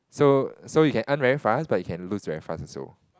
so so you can earn very fast but you can lose very fast also